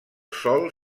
sol